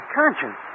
conscience